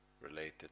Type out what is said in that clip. related